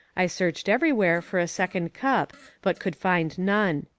i searched everywhere for a second cup but could find none.